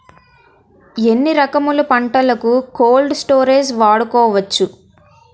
ఎన్ని రకములు పంటలకు కోల్డ్ స్టోరేజ్ వాడుకోవచ్చు?